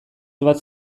bat